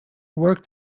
worked